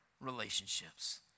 relationships